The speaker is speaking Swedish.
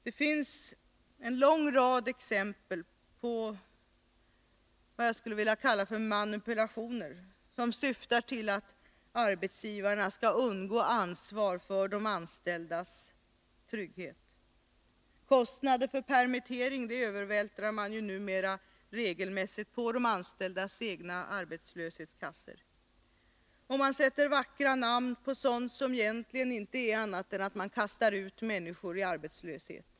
Det finns en lång rad exempel på vad jag skulle vilja kalla manipulationer som syftar till att arbetsgivarna skall undgå ansvar för de anställdas trygghet. Kostnaden för permittering övervältrar man ju mera regelmässigt på de anställdas egna arbetslöshetskassor. Man sätter vackra namn på sådant som egentligen inte är annat än att man kastar ut människor i arbetslöshet.